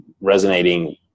resonating